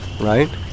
Right